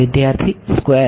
વિદ્યાર્થી સ્ક્વેર